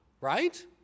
right